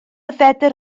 fedr